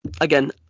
Again